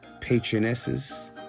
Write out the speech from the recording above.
Patronesses